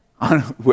on